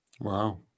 Wow